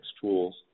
tools